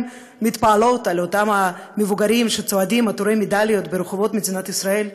מתפעלות על אותם מבוגרים שצועדים עטורי מדליות ברחובות מדינת ישראל,